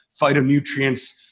phytonutrients